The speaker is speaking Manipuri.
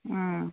ꯎꯝ